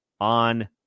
on